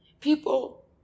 People